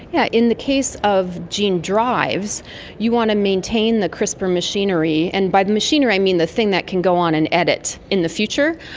yeah in the case of gene drives you want to maintain the crispr machinery, and by machinery i mean the thing that can go on and edit in the future,